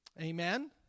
Amen